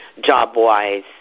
job-wise